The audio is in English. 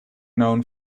known